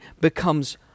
becomes